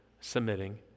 submitting